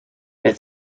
het